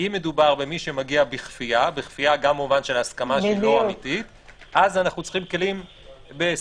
אם מדובר במישהו שמגיע בכפייה - אז צריך כלים בסמכות,